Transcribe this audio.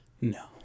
No